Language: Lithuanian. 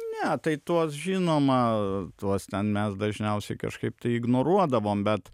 ne tai tuos žinoma tuos ten mes dažniausiai kažkaip tai ignoruodavom bet